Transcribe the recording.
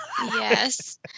Yes